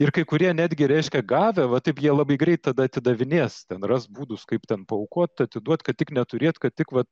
ir kai kurie netgi reiškia gavę va taip jie labai greit tada atidavinės ten ras būdus kaip ten paaukot atiduot kad tik neturėt kad tik vat